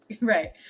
right